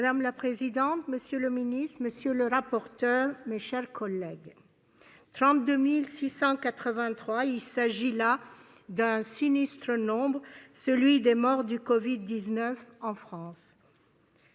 Madame la présidente, monsieur le ministre, mes chers collègues, 32 683, il s'agit là d'un sinistre nombre, celui des morts du covid-19 en France.